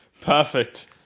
Perfect